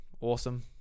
awesome